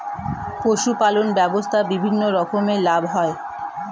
পশুপালন ব্যবসায় বিভিন্ন রকমের লাভ হয়